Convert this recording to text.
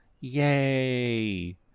Yay